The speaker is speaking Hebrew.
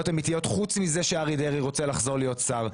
חוץ מזה שאריה דרעי רוצה לחזור להיות שר.